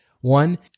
One